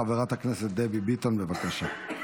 חברת הכנסת דבי ביטון, בבקשה.